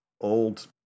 old